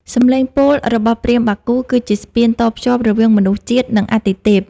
សំឡេងពោលរបស់ព្រាហ្មណ៍បាគូ គឺជាស្ពានតភ្ជាប់រវាងមនុស្សជាតិ និងអាទិទេព។